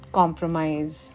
compromise